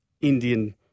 Indian